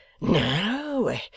No